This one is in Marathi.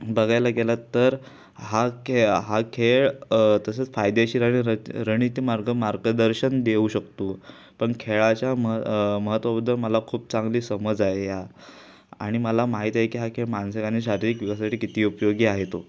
बघायला गेलात तर हा खेळ हा खेळ तसंच फायदेशीर आणि र रणनिती मार्ग मार्गदर्शन देऊ शकतो पण खेळाच्या म महत्त्वाबद्दल मला खूप चांगली समज आहे या आणि मला माहीत आहे की हा खेळ मानसिक आणि शारीरिक विकासासाठी किती उपयोगी आहे तो